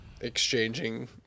exchanging